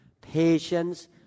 patience